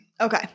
Okay